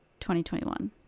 2021